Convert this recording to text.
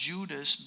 Judas